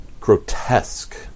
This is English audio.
grotesque